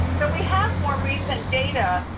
so we have more recent data,